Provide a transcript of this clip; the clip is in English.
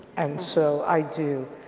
and so i do.